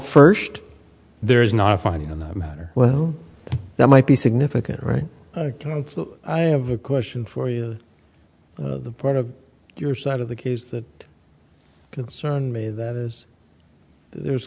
first there is not finding on that matter well that might be significant right i have a question for you the part of your side of the case that concern me that is there's